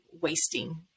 wasting